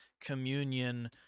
communion